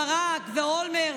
ברק ואולמרט,